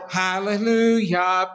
hallelujah